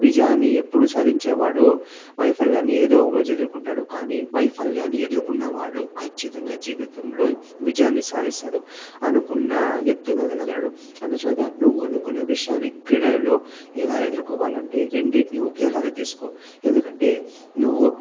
విజయాన్ని ఎప్పుడూ సాధించేవాడు వైఫల్యాన్ని ఏదో ఒక రోజు ఎదుర్కొంటాడు కానీ వైఫల్యాన్ని ఎదుర్కొన్నవాడు ఖచ్చితంగా జీవితంలో విజయాన్ని సాధిస్తాడు అనుకున్న ఎత్తులో వెళ్ళగలడు అందుచేత నువ్వు అనుకునే విషయాన్ని క్రీడలలో ఎలా ఎదుర్కోవాలి అంటే రెండింటిని ఒకేలాగా తీసుకో ఎందుకంటే నువ్వు